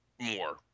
more